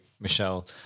Michelle